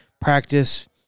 practice